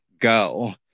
go